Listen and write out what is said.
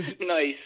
Nice